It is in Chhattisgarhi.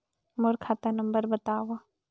मोर खाता नम्बर बताव?